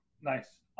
Nice